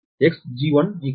எனவே Xg1 0